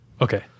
okay